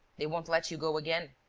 they won't let you go again.